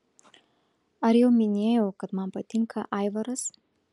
ar jau minėjau kad man patinka aivaras